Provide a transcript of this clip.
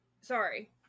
sorry